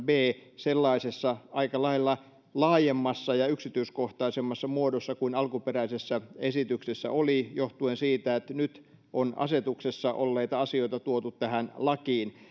b pykälää sellaisessa aika lailla laajemmassa ja yksityiskohtaisemmassa muodossa kuin alkuperäisessä esityksessä oli johtuen siitä että nyt on asetuksessa olleita asioita tuotu tähän lakiin